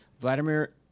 Vladimir